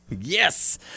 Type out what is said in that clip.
Yes